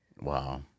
Wow